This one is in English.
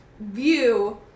view